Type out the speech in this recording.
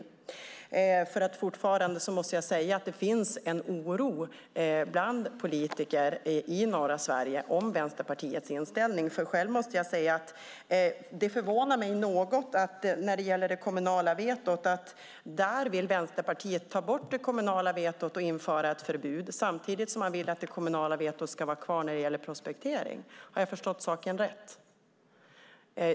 Jag måste nämligen fortfarande säga att det finns en oro bland politiker i norra Sverige om Vänsterpartiets inställning. Det förvånar mig något att Vänsterpartiet vill ta bort det kommunala vetot och införa ett förbud, samtidigt som man vill att det kommunala vetot ska vara kvar när det gäller prospektering. Har jag förstått saken rätt?